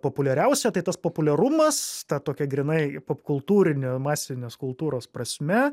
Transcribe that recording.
populiariausia tai tas populiarumas ta tokia grynai popkultūrinė masinės kultūros prasme